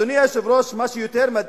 אדוני היושב-ראש, מה שיותר מדאיג: